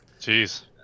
Jeez